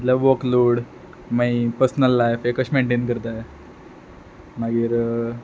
workload मागीर personal life कशें maintain करता ते मागीर